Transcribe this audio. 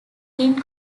king